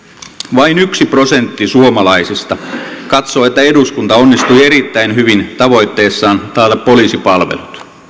vain yksi prosentti suomalaisista katsoo että eduskunta onnistui erittäin hyvin tavoitteessaan taata poliisipalvelut